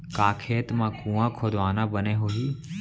का खेत मा कुंआ खोदवाना बने होही?